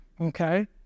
okay